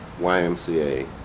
YMCA